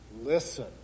Listen